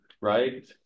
right